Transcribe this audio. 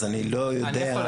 אז אני לא יודע.